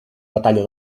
batalla